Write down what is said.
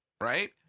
Right